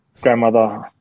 grandmother